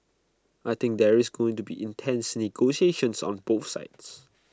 I think there is going to be intense negotiations on both sides